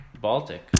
Baltic